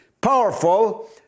powerful